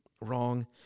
wrong